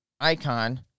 icon